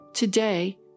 Today